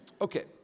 okay